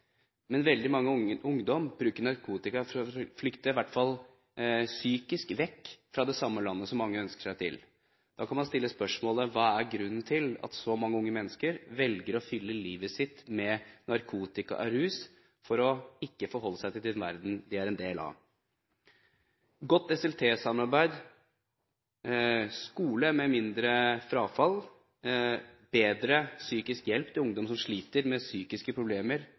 bruker narkotika for å flykte – i alle fall psykisk – vekk fra det samme landet som mange ønsker seg til. Da kan vi stille oss spørsmålet: Hva er grunnen til at så mange unge mennesker velger å fylle livet sitt med narkotika og rus for ikke å forholde seg til den verden de er en del av? Godt SLT-samarbeid, skole med mindre frafall, bedre psykisk hjelp til ungdom som sliter med psykisk problemer,